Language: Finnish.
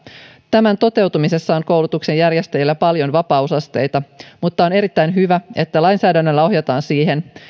tämän toteuttamisessa on koulutuksen järjestäjillä paljon vapausasteita mutta on erittäin hyvä että lainsäädännöllä ohjataan siihen